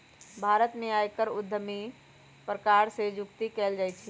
भारत में आयकर उद्धमुखी प्रकार से जुकती कयल जाइ छइ